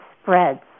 spreads